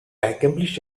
accomplish